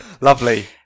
Lovely